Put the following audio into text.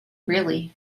really